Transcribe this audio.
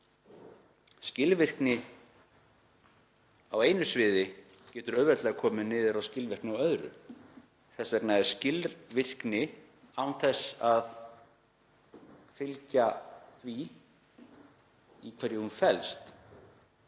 skilvirkni á einu sviði getur auðveldlega komið niður á skilvirkni í öðru. Þess vegna er skilvirkni án þess að því fylgi í hverju hún felst